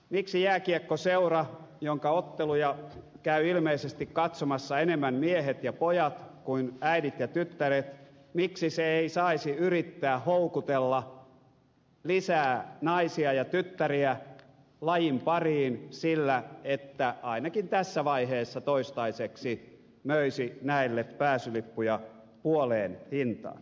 miksi jääkiekkoseura jonka otteluja käyvät ilmeisesti katsomassa enemmän miehet ja pojat kuin äidit ja tyttäret ei saisi yrittää houkutella lisää naisia ja tyttäriä lajin pariin sillä että ainakin tässä vaiheessa toistaiseksi möisi näille pääsylippuja puoleen hintaan